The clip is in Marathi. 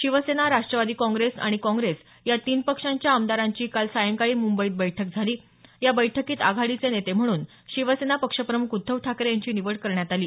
शिवसेना राष्ट्रवादी काँग्रेस आणि काँग्रेस या तीन पक्षाच्या आमदारांची काल सायंकाळी मुंबईत बैठक झाली या बैठकीत आघाडीचे नेते म्हणून शिवसेना पक्ष प्रमुख उद्धव ठाकरे यांची निवड करण्यात आली